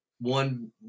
One